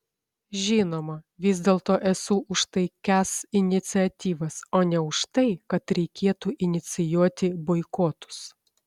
žinoma vis dėlto esu už taikias iniciatyvas o ne už tai kad reikėtų inicijuoti boikotus